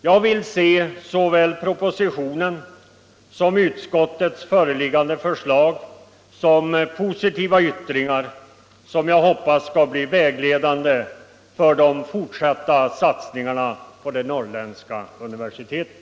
Jag vill se såväl propositionen som utskottets föreliggande förslag som positiva yttringar, som jag hoppas skall bli vägledande för de fortsatta satsningarna på det norrländska universitetet.